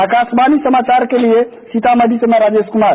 आकाशवाणी समाचार के लिए सीतामढ़ी से राजेश कुमार